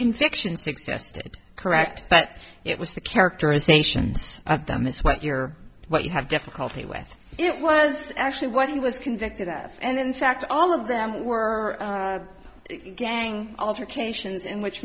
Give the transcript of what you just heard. convictions existed correct but it was the characterization of them is what you're what you have difficulty with it was actually what he was convicted of and in fact all of them were gang altercations in which